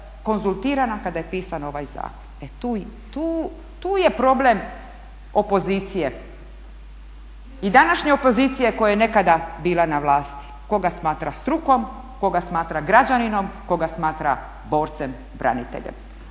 konzultirana kada je pisan ovaj zakon. E tu je, tu je problem opozicije. I današnje opozicije koja je nekada bila na vlasti, koga smatra strukom, koga smatra građaninom, koga smatra borcem braniteljem.